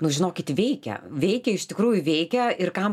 nu žinokit veikia veikia iš tikrųjų veikia ir kam